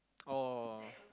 oh